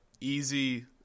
easy